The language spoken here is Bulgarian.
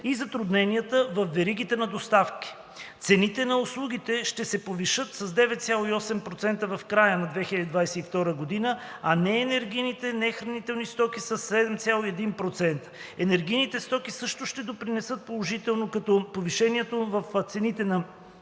и затрудненията във веригите на доставки. Цените на услугите ще се повишат с 9,8% в края на 2022 г., а неенергийните нехранителни стоки – със 7,1%. Енергийните стоки също ще допринесат положително, като повишението в цените на